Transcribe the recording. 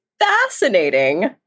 fascinating